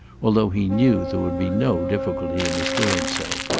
although he knew there would be no difficulty in his doing so.